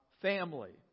family